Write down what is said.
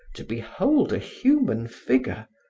to behold a human figure,